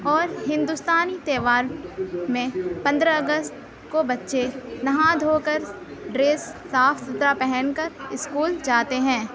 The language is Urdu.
اور ہندوستانی تہوار میں پندرہ اگست کو بچے نہا دھو کر ڈریس صاف ستھرا پہن کر اسکول جاتے ہیں